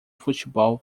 futebol